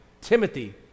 Timothy